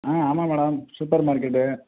ம் ஆமாம் madam super market